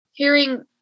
Hearing